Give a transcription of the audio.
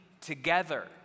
together